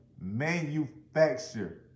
manufacture